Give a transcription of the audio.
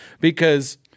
because-